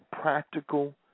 practical